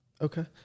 Okay